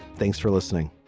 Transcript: thanks for listening